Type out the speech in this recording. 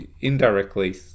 indirectly